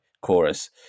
Chorus